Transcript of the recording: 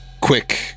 quick